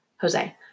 jose